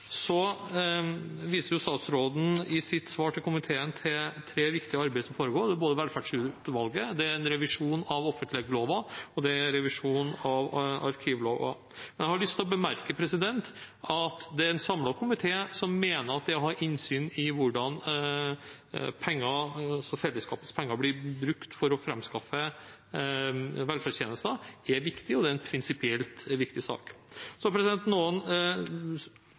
viser statsråden i sitt svar til komiteen til de tre viktige arbeidene som foregår – både velferdstjenesteutvalget, revisjon av offentlighetsloven og revisjon av arkivloven. Jeg har lyst til å bemerke at det er en samlet komité som mener at det å ha innsyn i hvordan fellesskapets penger blir brukt for å framskaffe velferdstjenester, er viktig, og det er en prinsipielt viktig sak. Så noen